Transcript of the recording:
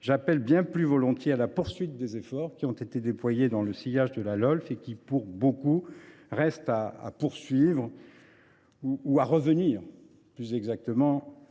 j’appelle bien plus volontiers à continuer les efforts qui ont été déployés dans le sillage de la Lolf et qui, pour beaucoup, restent à poursuivre, et à revenir à l’esprit